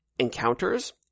encounters